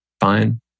fine